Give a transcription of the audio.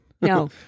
No